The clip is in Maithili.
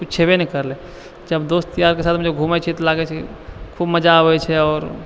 कुछ छेबे नहि करै जब दोस्त सबके सङ्ग घूमै छै तऽ खूब मजा आबै छै आओर